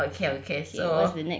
okay okay so